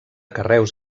carreus